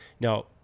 Now